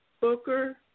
Booker